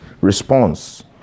response